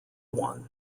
one